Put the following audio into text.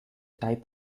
type